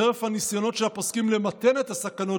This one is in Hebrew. "חרף הניסיונות של הפוסקים למתן את הסכנות